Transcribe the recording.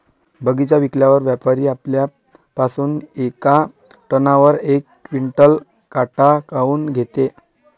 बगीचा विकल्यावर व्यापारी आपल्या पासुन येका टनावर यक क्विंटल काट काऊन घेते?